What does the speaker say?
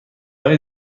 های